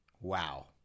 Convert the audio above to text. Wow